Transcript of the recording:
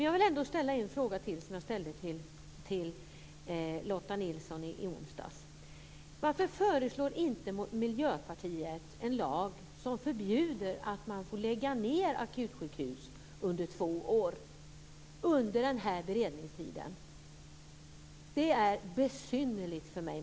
Jag vill ändå ställa en fråga som jag ställde till Lotta Nilsson-Hedström i onsdags: Varför föreslår inte Miljöpartiet en lag som förbjuder att lägga ned akutsjukhus under två år, under den här beredningstiden? Det är besynnerligt för mig.